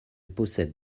possède